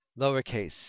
lowercase